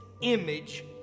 image